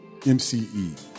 MCE